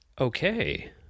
Okay